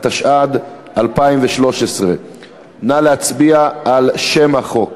התשע"ד 2013. ראשית אנחנו נצביע על שם החוק